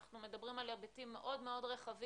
אנחנו מדברים על היבטים מאוד מאוד רחבים